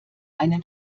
einen